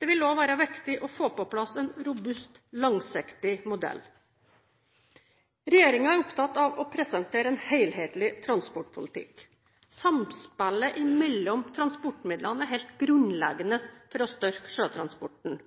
Det vil også være viktig å få på plass en robust, langsiktig modell. Regjeringen er opptatt av å presentere en helhetlig transportpolitikk. Samspillet mellom transportmidlene er helt grunnleggende for å styrke sjøtransporten.